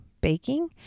baking